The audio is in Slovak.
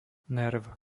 nerv